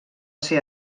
ser